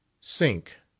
Sink